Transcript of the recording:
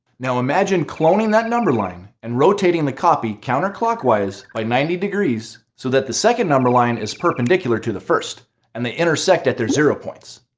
now imagine cloning that number line and rotating the copy counter-clockwise by ninety degrees so that the second number line is perpendicular to the first and they intersect at their zero points.